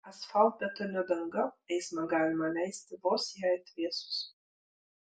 asfaltbetonio danga eismą galima leisti vos jai atvėsus